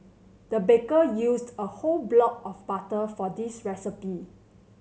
the baker used a whole block of butter for this recipe